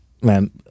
man